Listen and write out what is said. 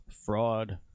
Fraud